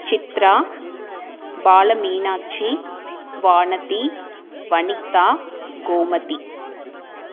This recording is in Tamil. சித்ரா பாலமீனாட்சி வானதி வனிதா கோமதி